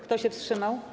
Kto się wstrzymał?